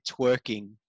twerking